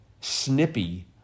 snippy